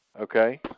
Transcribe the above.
Okay